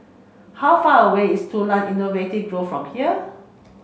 how far away is Tulang Innovating Grove from here